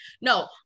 No